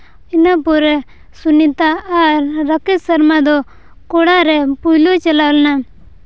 ᱤᱱᱟᱹ ᱯᱚᱨᱮ ᱥᱩᱱᱤᱛᱟ ᱟᱨ ᱨᱟᱠᱮᱥ ᱥᱚᱨᱢᱟ ᱫᱚ ᱠᱚᱲᱟ ᱨᱮ ᱯᱳᱭᱞᱳᱭ ᱪᱟᱞᱟᱣ ᱞᱮᱱᱟ